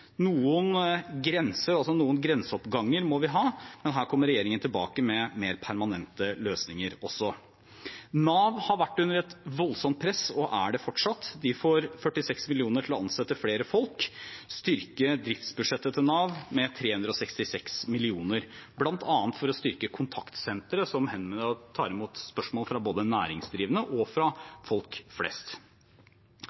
Noen grenseoppganger må vi ha, men også her kommer regjeringen tilbake med mer permanente løsninger. Nav har vært under et voldsomt press og er det fortsatt. De får 46 mill. kr til å ansette flere folk, og driftsbudsjettet til Nav styrkes med 366 mill. kr, bl.a. for å styrke kontaktsenteret som tar imot spørsmål fra både næringsdrivende og